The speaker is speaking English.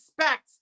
respect